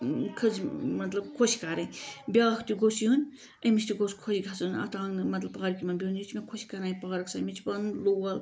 خز مطلب خۄش کَرٕنۍ بیاکھ تہِ گوٚژھ یُن أمِس تہِ گوٚژھ خۄش گَژھُن اَتھ آنگنا مطلب پارکہِ منٛز بِہُن یہِ چھِ مےٚ خۄش کَران یہِ پارکہِ سٲنۍ مےٚ چھُ پَنُن لول